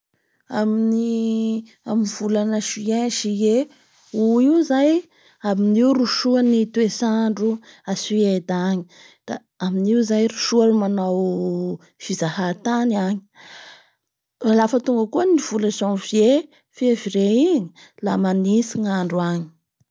Amin'ny volana juin, julet Aout io zay aminio ro soa ny toetsy andro a Sueda agny da aminio zay ro soa ny manao fizahantany agny. Lafa tonga koa i vola janvier febvrier igny la manintsy ny andro agny.